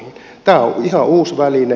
tämä on ihan uusi väline